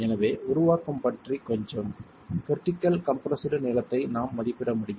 எனவே உருவாக்கம் பற்றி கொஞ்சம் கிரிட்டிக்கல் கம்ப்ரெஸ்டு நீளத்தை நாம் மதிப்பிட முடியும்